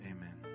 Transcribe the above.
Amen